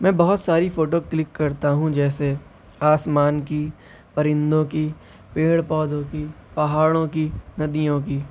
میں بہت ساری فوٹو کلک کرتا ہوں جیسے آسمان کی پرندوں کی پیڑ پودوں کی پہاڑوں کی ندیوں کی